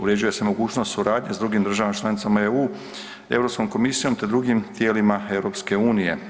Uređuje se mogućnost suradnje s drugim državama članicama EU, Europskom komisijom te drugim tijelima EU.